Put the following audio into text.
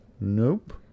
Nope